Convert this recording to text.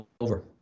over